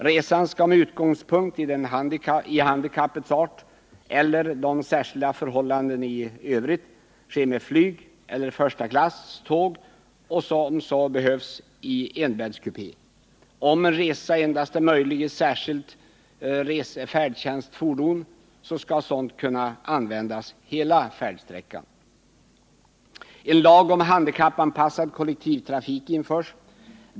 Resan skall med utgångspunkt i handikappets art eller särskilda förhållanden i övrigt ske med flyg eller första klass tåg och om så behövs i enbäddskupé. Om en resa endast är möjlig i särskilt färdtjänstfordon, skall sådant kunna användas hela färdsträckan. En lag om handikappanpassad kollektivtrafik införs.